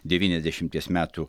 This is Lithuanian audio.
devyniasdešimties metų